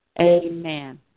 Amen